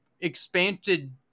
expanded –